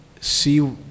see